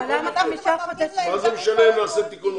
מה זה משנה אם נעשה תיקון חוק?